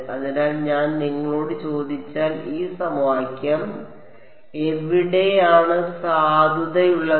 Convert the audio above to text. അതിനാൽ ഞാൻ നിങ്ങളോട് ചോദിച്ചാൽ ഈ സമവാക്യം എവിടെയാണ് സാധുതയുള്ളത്